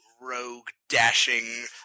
rogue-dashing